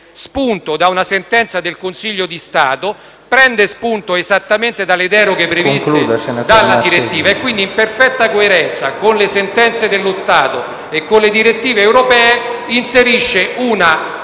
spunto da una sentenza del Consiglio di Stato nonché esattamente dalle deroghe previste dalla direttiva, quindi in perfetta coerenza con le sentenze dello Stato e con le direttive europee, inserisce uno